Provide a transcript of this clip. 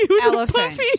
Elephant